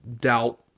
doubt